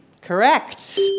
Correct